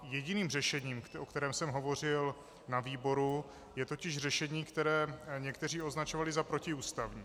Jediným řešením, o kterém jsem hovořil na výboru, je totiž řešení, které někteří označovali za protiústavní.